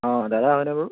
অঁ দাদা হয়নে বাৰু